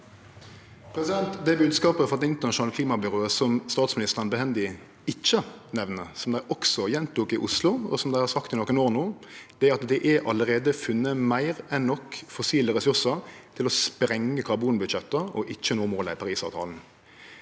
Den bodskapen frå det internasjonale klimabyrået som statsministeren smart nok ikkje nemner, som dei også gjentok i Oslo, og som dei har sagt i nokre år no, er at det allereie er funne meir enn nok fossile ressursar til å sprengje karbonbudsjetta og ikkje nå måla i Parisavtalen.